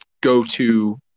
go-to